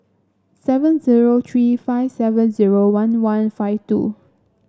seven zero three five seven zero one one five two